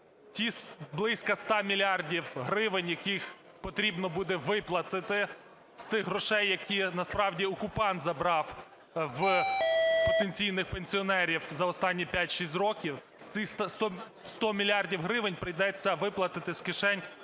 І близька 100 мільярдів гривень, які потрібно буде виплатити з тих грошей, які, насправді, окупант забрав в потенційних пенсіонерів за останні 5-6 років, ці 100 мільярдів гривень прийдеться виплатити з кишень